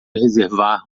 reservar